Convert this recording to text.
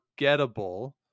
gettable